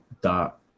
dot